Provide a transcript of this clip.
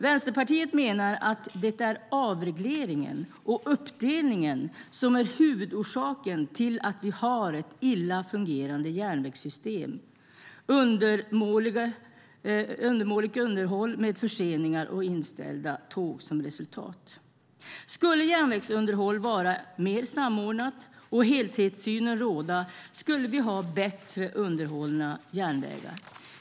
Vänsterpartiet menar att det är avregleringen och uppdelningen som är huvudorsaken till att vi har ett illa fungerande järnvägssystem med undermåligt underhåll, förseningar och inställda tåg som resultat. Skulle järnvägsunderhåll vara mer samordnat och helhetssyn råda skulle vi ha bättre underhållna järnvägar.